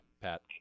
Pat